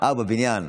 אה, הוא בבניין.